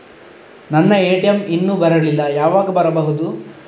ನನ್ನ ಎ.ಟಿ.ಎಂ ಇನ್ನು ಬರಲಿಲ್ಲ, ಯಾವಾಗ ಬರಬಹುದು?